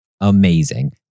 amazing